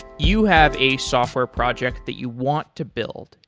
you have a software project that you want to build,